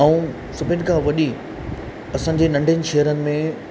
ऐं सभिन खां वॾी असांजे नंढनि शहरनि में